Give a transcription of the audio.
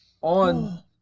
on